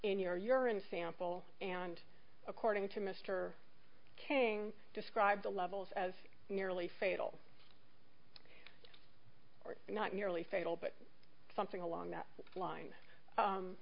in your urine sample and according to mr king described the levels as nearly fatal not nearly fatal but something along that line